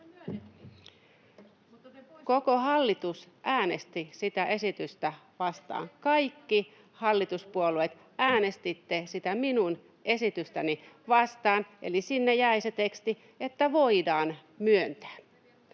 Koko hallitus äänesti sitä esitystä vastaan, kaikki hallituspuolueet äänestitte sitä minun esitystäni vastaan, eli sinne jäi se teksti, että ”voidaan myöntää”.